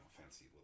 fancy